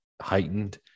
heightened